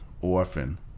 orphan